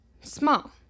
small